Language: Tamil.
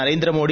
நரேந்திரமோடி